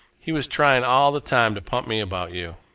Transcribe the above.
he was trying all the time to pump me about you.